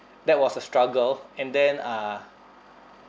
that was a struggle and then uh